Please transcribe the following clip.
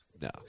No